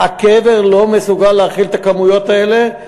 הקבר לא מסוגל להכיל את הכמויות האלה,